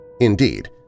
Indeed